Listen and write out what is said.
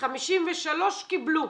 53 אלף קיבלו.